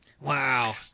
wow